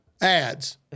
ads